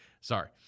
Sorry